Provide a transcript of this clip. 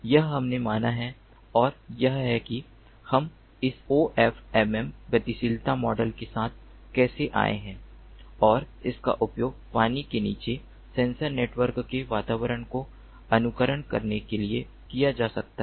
यह हमने माना है और यह है कि हम इस OFMM गतिशीलता मॉडल के साथ कैसे आए हैं और इसका उपयोग पानी के नीचे सेंसर नेटवर्क के व्यवहार को अनुकरण करने के लिए किया जा सकता है